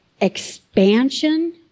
expansion